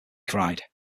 cried